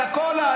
את הקולה,